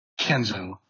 Kenzo